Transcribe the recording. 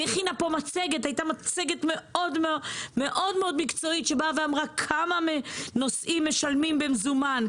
וגם הייתה מצגת מאוד מקצועית שבאה ואמרה כמה נוסעים משלמים במזומן,